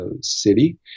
city